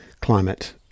climate